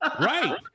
right